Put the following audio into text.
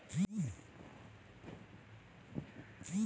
వ్యవసాయ మార్కెటింగ్ లో అతి ముఖ్యమైన లోపాలు సమస్యలు ఏమిటి పరిష్కారాలు ఏంటి?